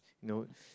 no